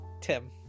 Tim